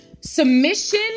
submission